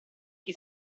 che